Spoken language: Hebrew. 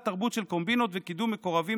תרבות של קומבינות וקידום מקורבים,